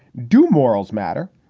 do morals matter?